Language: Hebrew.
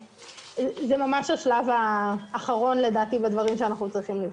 זה ממש השלב האחרון לדעתי בדברים שאנחנו צריכים לבחון.